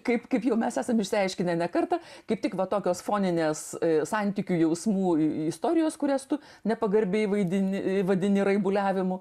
kaip kaip jau mes esam išsiaiškinę ne kartą kaip tik va tokios foninės santykių jausmų istorijos kurias tu nepagarbiai vaidini vadini raibuliavimu